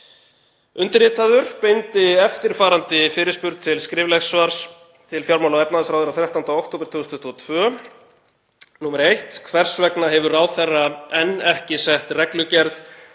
Undirritaður beindi eftirfarandi fyrirspurn til skriflegs svars til fjármála- og efnahagsráðherra 13. október 2022: 1. Hvers vegna hefur ráðherra enn ekki sett reglugerð